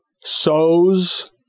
sows